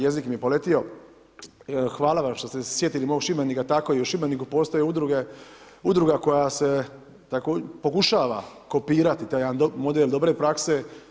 Jezik mi je poletio, hvala vam što ste se sjetili mog Šibenika, tako i u Šibeniku postoje udruge, udruga koja se pokušava kopirati taj jedan model dobre prakse.